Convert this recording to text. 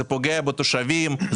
פוגע בתושבים,